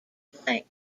blank